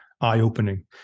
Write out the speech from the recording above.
eye-opening